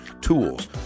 tools